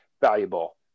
Valuable